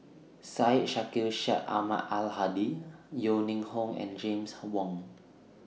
Syed Sheikh Syed Ahmad Al Hadi Yeo Ning Hong and James Wong